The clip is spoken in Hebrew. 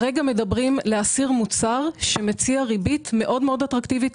אנחנו מדברים על להסיר מוצר שמציע ריבית מאוד אטרקטיבית.